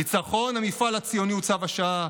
ניצחון המפעל הציוני הוא צו השעה.